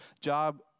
job